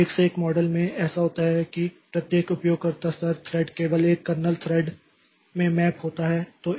तो एक से एक मॉडल में ऐसा होता है कि प्रत्येक उपयोगकर्ता स्तर थ्रेड केवल एक कर्नेल थ्रेड में मैप होता है